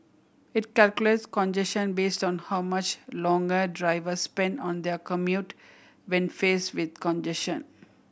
it calculates congestion based on how much longer drivers spend on their commute when faced with congestion